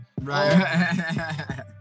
right